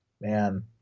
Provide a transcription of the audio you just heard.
Man